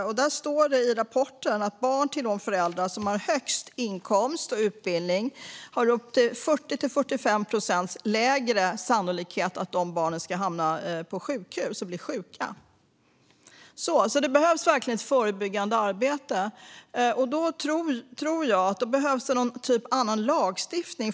I rapporten står det att barn till de föräldrar som har högst inkomst och utbildning har upp till 40-45 procents lägre sannolikhet att hamna på sjukhus och bli sjuka. Det behövs alltså verkligen ett förebyggande arbete. Jag tror att det behövs en annan lagstiftning.